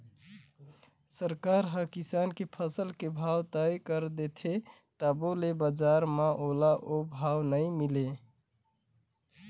सरकार हर किसान के फसल के भाव तय कर देथे तभो ले बजार म ओला ओ भाव नइ मिले